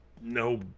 no